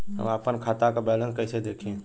हम आपन खाता क बैलेंस कईसे देखी?